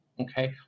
Okay